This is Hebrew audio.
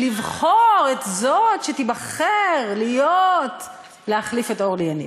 לבחור את זאת שתיבחר להחליף את אורלי יניב.